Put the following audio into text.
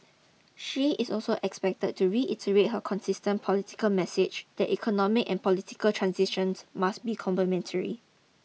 she is also expected to reiterate her consistent political message that economic and political transitions must be complementary